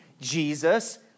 Jesus